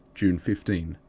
june fifteen,